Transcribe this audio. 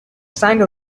sang